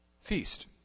feast